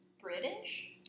British